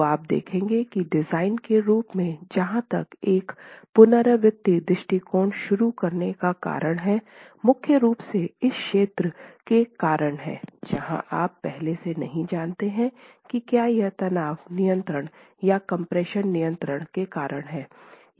तो आप देखेंगे कि डिज़ाइन के रूप में जहाँ तक एक पुनरावृत्ति दृष्टिकोण शुरू करने का कारण है मुख्य रूप से इस क्षेत्र के कारण है जहां आप पहले से नहीं जानते हैं कि क्या यह तनाव नियंत्रण या कम्प्रेशन नियंत्रण के कारण है